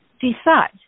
Decide